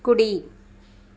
కుడి